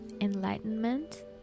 enlightenment